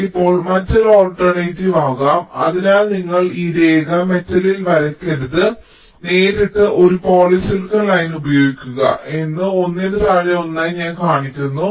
ഇപ്പോൾ മറ്റൊരു ആൾട്ടർനേറ്റീവ് ആകാം അതിനാൽ നിങ്ങൾ ഈ രേഖ മെറ്റലിൽ വരയ്ക്കരുത് നേരിട്ട് ഒരു പോളിസിലിക്കൺ ലൈൻ ഉപയോഗിക്കുക എന്ന് ഒന്നിനു താഴെ ഒന്നായി ഞാൻ കാണിക്കുന്നു